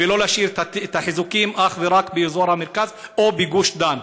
ולא להשאיר את החיזוקים אך ורק באזור המרכז או בגוש דן.